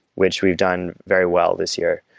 which we've done very well this year.